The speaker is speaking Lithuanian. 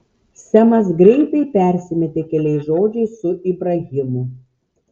semas greitai persimetė keliais žodžiais su ibrahimu